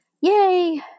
Yay